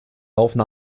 laufen